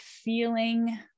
feeling